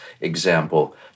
example